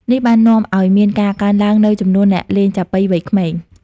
នេះបាននាំឱ្យមានការកើនឡើងនូវចំនួនអ្នកលេងចាប៉ីវ័យក្មេង។